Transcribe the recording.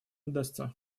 удастся